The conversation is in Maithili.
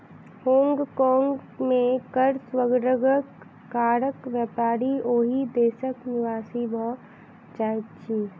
होंग कोंग में कर स्वर्गक कारण व्यापारी ओहि देशक निवासी भ जाइत अछिं